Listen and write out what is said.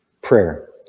Prayer